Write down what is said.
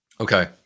Okay